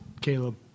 Caleb